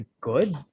good